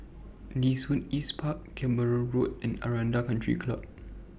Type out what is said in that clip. Nee Soon East Park Keramat Road and Aranda Country Club